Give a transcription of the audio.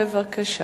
בבקשה.